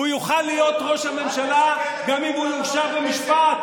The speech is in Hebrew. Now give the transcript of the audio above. הוא יוכל להיות ראש הממשלה גם אם הוא יורשע במשפט,